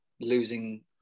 losing